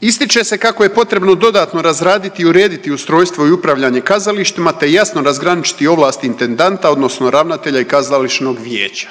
Ističe se kako je potrebno dodatno razraditi i urediti ustrojstvo i upravljanje kazalištima te jasno razgraničiti ovlasti intendanta odnosno ravnatelja i kazališnog vijeća,